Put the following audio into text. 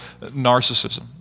narcissism